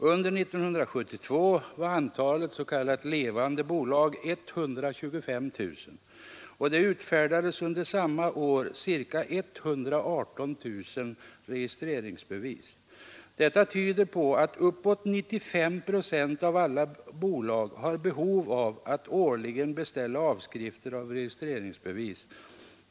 Under 1972 var antalet ”levande” bolag 125 000 och det utfärdades under samma år ca 118 000 registreringsbevis. Detta tyder på att uppåt 95 procent av alla bolag har behov av att årligen beställa avskrifter av registreringsbevis.